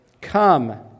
come